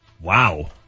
Wow